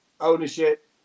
ownership